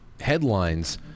headlines